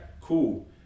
Cool